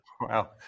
Wow